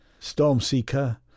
Stormseeker